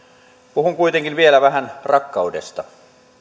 puhun kuitenkin vielä vähän rakkaudesta